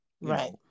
Right